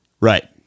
Right